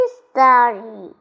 story